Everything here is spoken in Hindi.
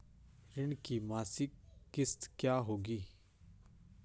ऋण की मासिक किश्त क्या होगी?